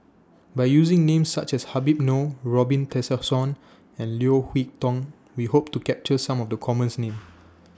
By using Names such as Habib Noh Robin Tessensohn and Leo Hee Tong We Hope to capture Some of The commons Names